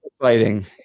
fighting